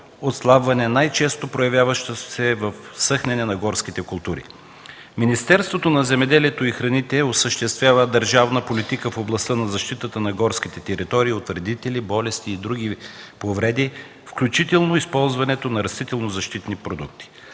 отслабване, най-често проявяващо се в съхнене на горските култури. Министерството на земеделието и храните осъществява държавна политика в областта на защитата на горските територии от вредители, болести и други повреди, включително и използването на растителнозащитни продукти.